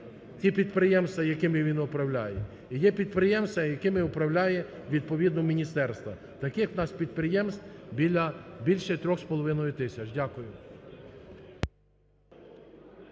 ті підприємства, якими він управляє. І є підприємства, якими управляє відповідно міністерство. Таких в нас підприємств біля більше